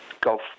golf